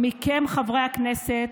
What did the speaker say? ומכם, חברי הכנסת,